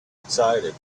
excited